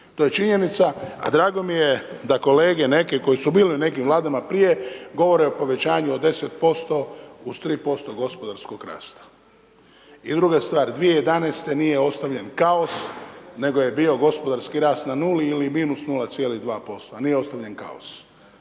To je činjenica a drago mi je da kolege neke koje su bile u nekim Vlada prije, govore o povećanju od 10% uz 3% gospodarskog rasta. I druga stvar, 2011. nije ostavljen kaos nego je bio gospodarski rast na 0 ili -0,2%, a nije ostavljen kaos.